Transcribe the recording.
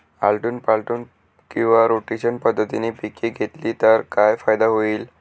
आलटून पालटून किंवा रोटेशन पद्धतीने पिके घेतली तर काय फायदा होईल?